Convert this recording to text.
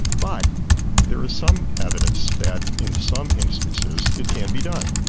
but there is some evidence that in some instances, it can be done.